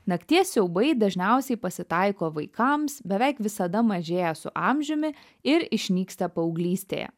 nakties siaubai dažniausiai pasitaiko vaikams beveik visada mažėja su amžiumi ir išnyksta paauglystėje